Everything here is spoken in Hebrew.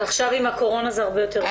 ועכשיו עם הקורונה זה הרבה יותר קשה.